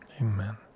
Amen